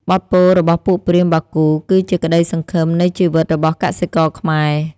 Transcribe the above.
បទពោលរបស់ពួកព្រាហ្មណ៍បាគូ គឺជាក្ដីសង្ឈឹមនៃជីវិតរបស់កសិករខ្មែរ។